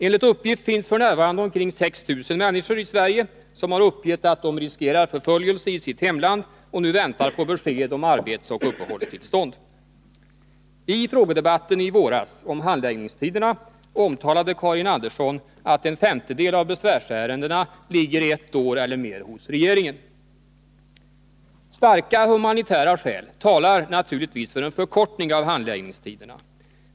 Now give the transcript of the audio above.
Enligt uppgift finns f.n. omkring 6 000 människor i Sverige som har uppgett att de riskerar förföljelse i sitt hemland och nu väntar på besked om arbetsoch uppehållstillstånd. I frågedebatten i våras om handläggningstiderna omtalade Karin Andersson att en femtedel av besvärsärendena ligger ett år eller mer hos regeringen. Starka humanitära skäl talar naturligtvis för en förkortning av handläggningstiderna.